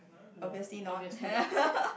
obviously not